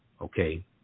Okay